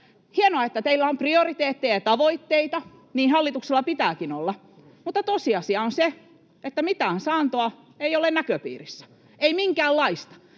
hienoa, että teillä on prioriteetteja ja tavoitteita, niin hallituksella pitääkin olla, mutta tosiasia on se, että mitään saantoa ei ole näköpiirissä, ei minkäänlaista.